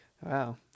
Wow